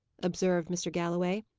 observed mr. galloway.